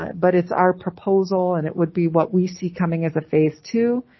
but it's our proposal and it would be what we see coming as a phase two,